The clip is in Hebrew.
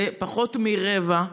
זה פחות מרבע.